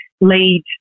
lead